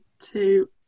two